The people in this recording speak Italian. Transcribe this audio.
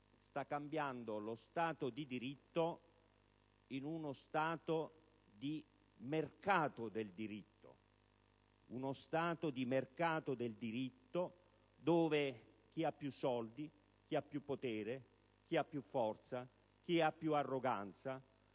sta cambiando lo Stato di diritto in uno Stato di mercato del diritto: uno Stato di mercato del diritto dove chi ha più soldi, più potere, più forza, più arroganza